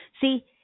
See